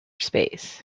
space